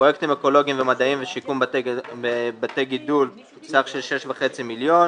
פרויקטים אקולוגיים ומדעיים ושיקום בתי גידול סך של 6.5 מיליון,